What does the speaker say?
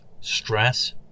stress